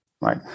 right